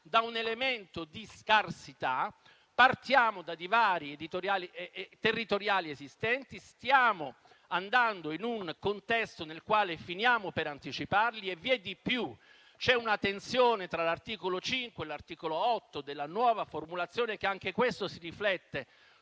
da un elemento di scarsità e da divari territoriali esistenti. E stiamo andando in un contesto nel quale finiamo per anticiparli e vi è di più: c'è una tensione tra l'articolo 5 e l'articolo 8 della nuova formulazione e anche questo si riflette